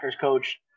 coach